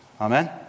Amen